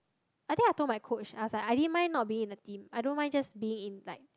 I think I told my coach I was like I didn't mind not being in the team I don't mind just being in like